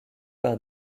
par